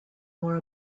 more